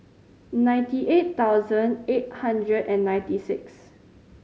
ninety eight thousand eight hundred and ninety six